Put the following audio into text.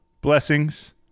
blessings